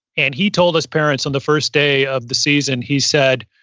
and he told us parents on the first day of the season, he said,